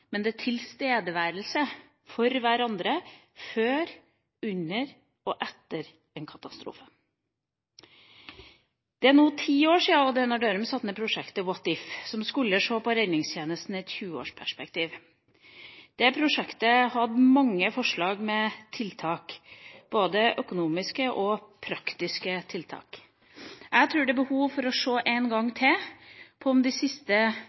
det er også tilstedeværelse for hverandre før, under og etter en katastrofe. Det er nå ti år siden Odd Einar Dørum satte i gang prosjektet WHAT IF, som skulle se på redningstjenesten i et 20-årsperspektiv. Det prosjektet hadde mange forslag med tiltak, både økonomiske og praktiske tiltak. Jeg tror det er behov for å se en gang til på om